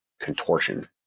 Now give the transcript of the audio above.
contortion